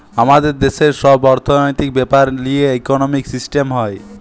আমাদের দেশের সব অর্থনৈতিক বেপার লিয়ে ইকোনোমিক সিস্টেম হয়